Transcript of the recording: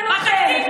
על התקציב,